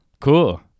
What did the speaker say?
cool